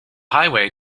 highway